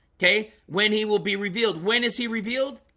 okay when he will be revealed when is he revealed?